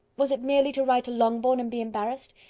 was it merely to ride to longbourn and be embarrassed?